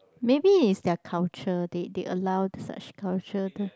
maybe is their culture they they allow such culture there